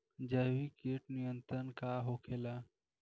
जैविक कीट नियंत्रण का होखेला?